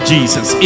Jesus